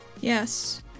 Yes